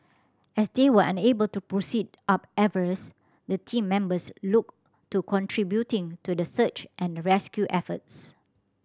as they were unable to proceed up Everest the team members looked to contributing to the search and rescue efforts